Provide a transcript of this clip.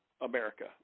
America